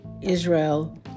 Israel